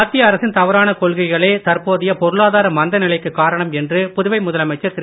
மத்திய அரசின் தவறான கொள்கைகளே தற்போதைய பொருளாதார மந்த நிலைக்குக் காரணம் என்று புதுவை முதலமைச்சர் திரு